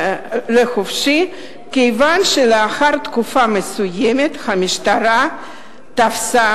כיוון שלאחר תקופה מסוימת המשטרה תפסה